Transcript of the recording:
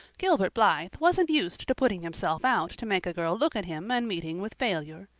gilbert blythe wasn't used to putting himself out to make a girl look at him and meeting with failure.